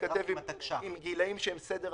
העובד או בן זוגו או בן זוגו של היחיד פוטרו מעבודתם או יצאו